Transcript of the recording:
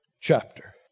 chapter